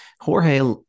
Jorge